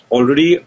Already